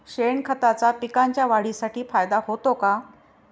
शेणखताचा पिकांच्या वाढीसाठी फायदा होतो का?